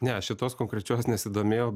ne šitos konkrečios nesidomėjau